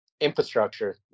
infrastructure